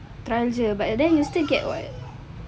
but you still get [what]